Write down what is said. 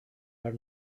are